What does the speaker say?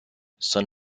son